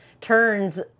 turns